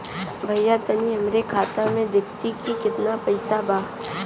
भईया तनि हमरे खाता में देखती की कितना पइसा बा?